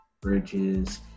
Bridges